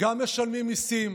גם משלמים מיסים,